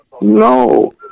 no